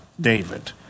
David